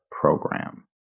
Program